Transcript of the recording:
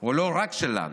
או לא רק שלנו,